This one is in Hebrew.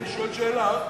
אני שואל שאלה.